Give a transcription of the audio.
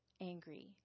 angry